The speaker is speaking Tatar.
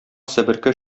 себерке